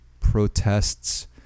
protests